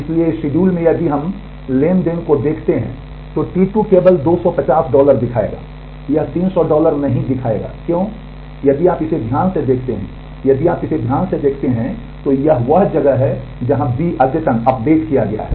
इसलिए इस शेड्यूल में यदि हम ट्रांज़ैक्शन को देखते हैं तो T2 केवल 250 डॉलर दिखायेगा यह 300 डॉलर नहीं दिखायेगा क्यों यदि आप इसे ध्यान से देखते हैं यदि आप इसे ध्यान से देखते हैं तो यह वह जगह है जहां B अद्यतन किया गया है